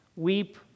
Weep